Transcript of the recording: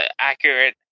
accurate